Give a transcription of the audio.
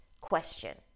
question